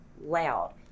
loud